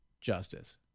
justice